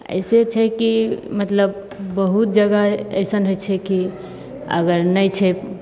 अइसे छै की मतलब बहुत जगह अइसन होइ छै की अगर नहि छै